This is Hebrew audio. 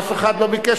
אף אחד לא ביקש.